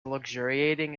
luxuriating